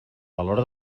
valor